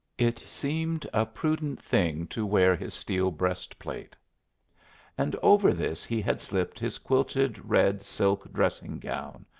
it seemed a prudent thing to wear his steel breast-plate and over this he had slipped his quilted red silk dressing-gown,